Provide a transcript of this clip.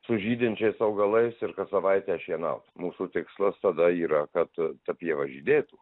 su žydinčiais augalais ir kas savaitę šienaut mūsų tikslas tada yra kad ta pieva žydėtų